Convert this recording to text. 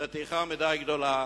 זו טרחה מדי גדולה.